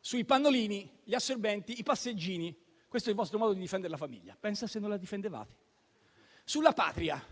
sui pannolini, sugli assorbenti, sui passeggini. Questo è il vostro modo di difendere la famiglia: pensa se non la difendevate! Sulla patria